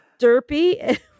derpy